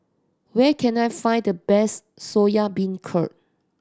where can I find the best Soya Beancurd